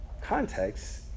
context